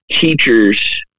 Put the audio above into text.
teachers